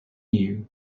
new